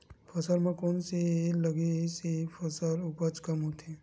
फसल म कोन से लगे से फसल उपज कम होथे?